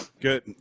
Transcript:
good